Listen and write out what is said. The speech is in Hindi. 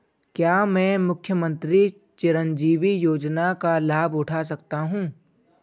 क्या मैं मुख्यमंत्री चिरंजीवी योजना का लाभ उठा सकता हूं?